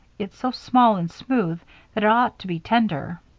it's so small and smooth that it ought to be tender.